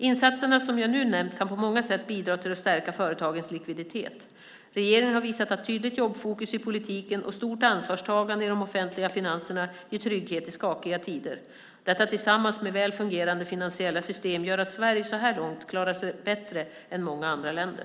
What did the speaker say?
Insatserna som jag nu nämnt kan på många sätt bidra till att stärka företagens likviditet. Regeringen har visat att tydligt jobbfokus i politiken och stort ansvarstagande i de offentliga finanserna ger trygghet i skakiga tider. Detta tillsammans med väl fungerande finansiella system gör att Sverige så här långt klarat sig bättre än många andra länder.